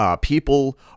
People